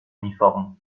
uniformes